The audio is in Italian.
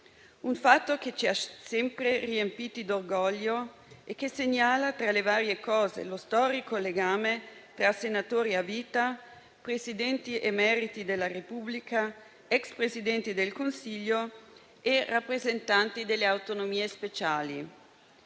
un fatto che ci ha sempre riempiti d'orgoglio e che segnala, tra le varie cose, lo storico legame tra senatori a vita, Presidenti emeriti della Repubblica, ex Presidenti del Consiglio e rappresentanti delle autonomie speciali.